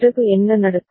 பிறகு என்ன நடக்கும்